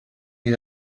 you